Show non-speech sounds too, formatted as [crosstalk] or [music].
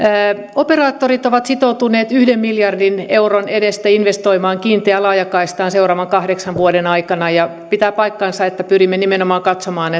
operaattorit ovat sitoutuneet yhden miljardin euron edestä investoimaan kiinteään laajakaistaan seuraavan kahdeksan vuoden aikana ja pitää paikkansa että pyrimme nimenomaan katsomaan [unintelligible]